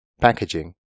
packaging